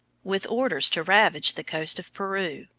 with orders to ravage the coast of peru,